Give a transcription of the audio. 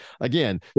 Again